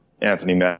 Anthony